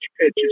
pitch